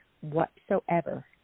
whatsoever